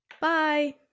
Bye